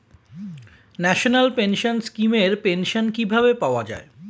National pension scheme এর pension কিভাবে পাওয়া যায়?